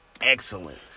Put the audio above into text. excellent